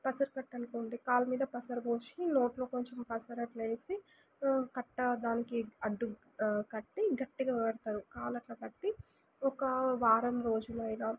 పసరు కట్టనుకోండి కాళ్ళ మీద పసరుపోసి నోట్లో కొంచెం పసరట్లేసి కట్ట దానికి అడ్డు ఆ కట్టి గట్టిగా కడతారు కాలట్లా కట్టి ఒక వారం రోజులయినా